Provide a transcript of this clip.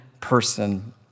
person